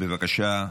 בבקשה,